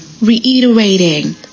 reiterating